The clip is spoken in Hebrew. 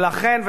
ולכן,